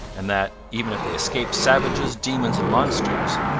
and that, even if they escaped savages, demons, and monsters,